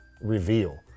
reveal